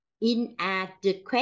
inadequate